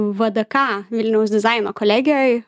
vdk vilniaus dizaino kolegijoj